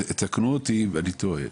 תקנו אותי אם אני טועה,